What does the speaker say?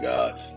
God